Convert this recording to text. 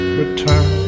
return